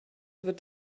wird